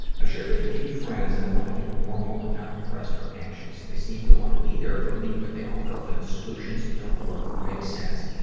i've shared with a few friends that i and wanna feel normal and not depressed or anxious. they seem to wanna be there for me, but they offer a lot of solutions that don't work or make sense,